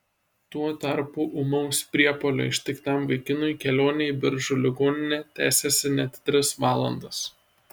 tuo tarpu ūmaus priepuolio ištiktam vaikinui kelionė į biržų ligoninę tęsėsi net tris valandas